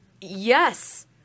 Yes